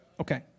Okay